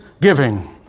giving